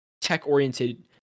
tech-oriented